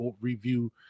review